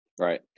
Right